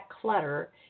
clutter